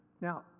Now